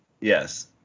Yes